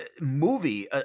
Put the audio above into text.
movie